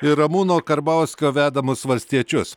ir ramūno karbauskio vedamus valstiečius